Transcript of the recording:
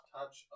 Touch